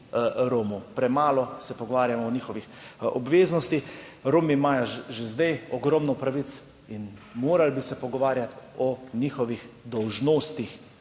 Romov. Premalo se pogovarjamo o njihovih obveznostih. Romi imajo že zdaj ogromno pravic in morali bi se pogovarjati o njihovih dolžnostih.